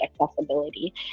accessibility